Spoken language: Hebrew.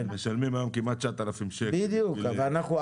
משלמים היום כמעט 9,000 שקלים לאיזשהו